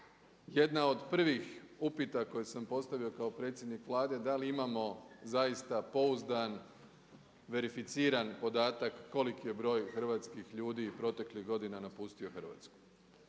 Jedna od prvih upita koje sam postavio kao predsjednik Vlade, da li imamo zaista pouzdan verificiran podatak koliki je broj hrvatskih ljudi proteklih godina napustio Hrvatsku.